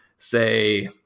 say